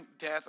death